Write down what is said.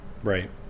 Right